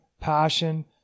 passion